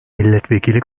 milletvekili